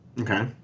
okay